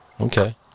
Okay